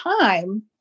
time